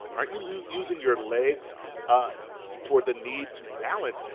aren't you using your legs for the need to balance?